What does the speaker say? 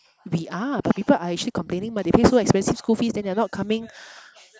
we are but people are actually complaining mah they pay so expensive school fees then they are not coming